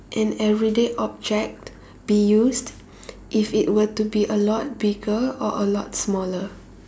an everyday object be used if it were to be a lot bigger or a lot smaller